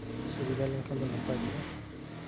ᱥᱩᱵᱤᱫᱷᱟ ᱞᱮᱱᱠᱷᱟᱱ ᱫᱚ ᱱᱟᱯᱟᱭ ᱠᱚᱜᱼᱟ